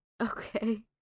Okay